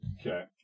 Okay